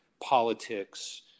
politics